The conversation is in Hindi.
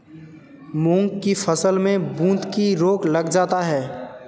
मूंग की फसल में बूंदकी रोग लग जाता है